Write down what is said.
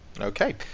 Okay